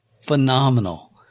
phenomenal